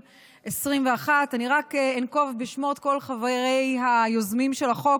התשפ"ב 2021. אני רק אנקוב בשמות כל חברי היוזמים של החוק,